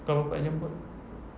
kalau